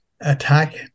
attack